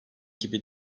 gibi